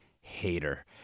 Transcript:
hater